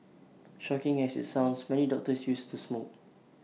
shocking as IT sounds many doctors used to smoke